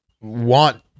want